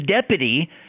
deputy